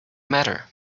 matter